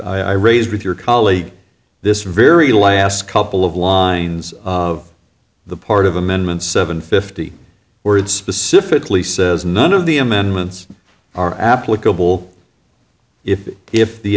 i raised with your colleague this very last couple of lines of the part of amendments seven fifty words specifically says none of the amendments are applicable if if the